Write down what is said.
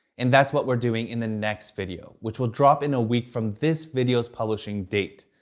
and that's what we're doing in the next video, which will drop in a week from this video's publishing date.